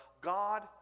God